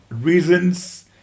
reasons